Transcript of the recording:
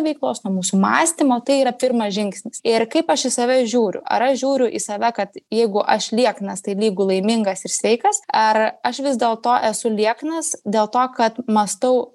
veiklos nuo mūsų mąstymo tai yra pirmas žingsnis ir kaip aš į save žiūriu ar aš žiūriu į save kad jeigu aš lieknas tai lygu laimingas ir sveikas ar aš vis dėl to esu lieknas dėl to kad mąstau